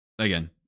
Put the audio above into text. again